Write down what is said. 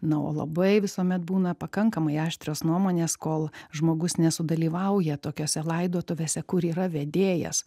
na o labai visuomet būna pakankamai aštrios nuomonės kol žmogus nesudalyvauja tokiose laidotuvėse kur yra vedėjas